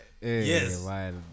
Yes